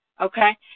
Okay